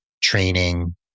training